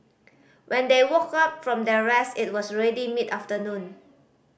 when they woke up from their rest it was already mid afternoon